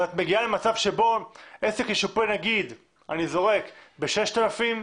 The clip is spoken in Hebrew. אז את מגיעה למצב שבו עסק ישופה נגיד ב-6,000 שקל,